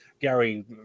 Gary